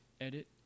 edit